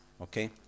Okay